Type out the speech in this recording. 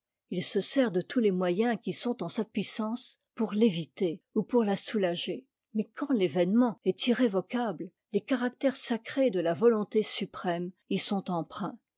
il se sert de tous les moyens qui sont en sa puissance pour t'éviter ou pour la soulager mais quand t'événement est irrévocable les caractères sacrés de la volonté suprême y sont empreints